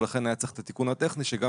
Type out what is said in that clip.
ולכן היה צריך את התיקון הטכני שגם